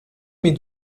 mes